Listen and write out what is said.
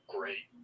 Great